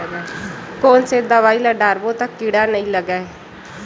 कोन से दवाई ल डारबो त कीड़ा नहीं लगय?